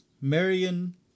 Marion